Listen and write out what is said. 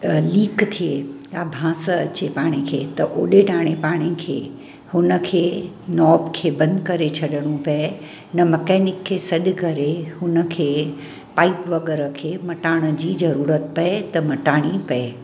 अ leak थिए या बांस अचे पाण खे त ओॾे ताणे ॾिए पाण खे हुनखे नॉब खे बंदि करे छॾिणो पए न मकैनिक खे सॾु करे हुनखे पाइप वग़ैरह खे मटाइण जी जरूरत पए त मटाणी पए